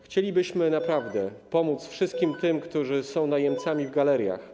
Chcielibyśmy naprawdę pomóc wszystkim tym, którzy są najemcami w galeriach.